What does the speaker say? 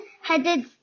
headed